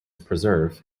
preserve